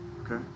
okay